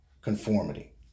conformity